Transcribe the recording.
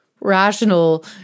rational